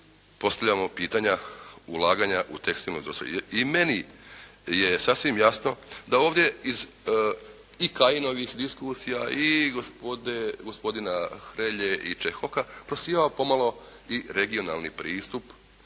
postavljamo pitanja ulaganja u tekstilnu industriju i meni je sasvim jasno da ovdje iz i Kajinovih diskusija i gospodina Hrelje i Čehoka prosijava pomalo i regionalni pristup